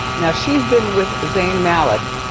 now, she's been with zayn malik.